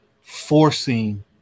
forcing